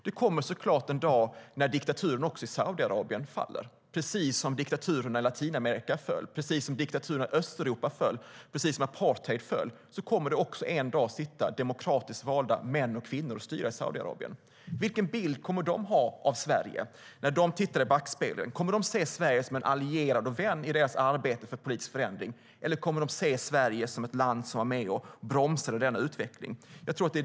Det kommer såklart en dag när diktaturen också i Saudiarabien faller. Precis som diktaturerna i Latinamerika föll, precis som diktaturerna i Östeuropa föll, precis som apartheid föll, kommer det också en dag att sitta demokratiskt valda män och kvinnor och styra i Saudiarabien. Vilken bild kommer de att ha av Sverige när de tittar i backspegeln? Kommer de att se Sverige som en allierad och vän i deras arbete för politisk förändring, eller kommer de att se Sverige som ett land som var med och bromsade denna utveckling?